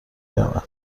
رود